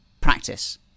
practice